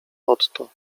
otto